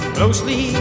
Closely